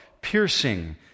piercing